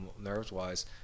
nerves-wise